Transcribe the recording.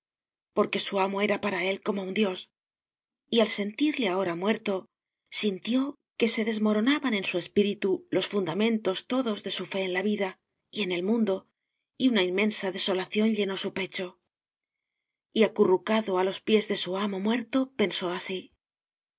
porque su amo era para él como un dios y al sentirle ahora muerto sintió que se desmoronaban en su espíritu los fundamentos todos de su fe en la vida y en el mundo y una inmensa desolación llenó su pecho y acurrucado a los pies de su amo muerto pensó así